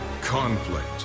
Conflict